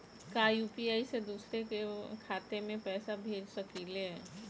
का यू.पी.आई से दूसरे के खाते में पैसा भेज सकी ले?